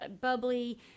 bubbly